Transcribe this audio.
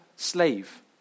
slave